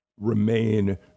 remain